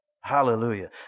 Hallelujah